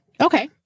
Okay